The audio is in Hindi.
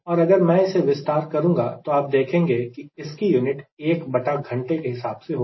और अगर मैं इसे विस्तार करूंगा तो आप देखेंगे कि इसकी यूनिट 1 बटा घंटे के हिसाब से होगी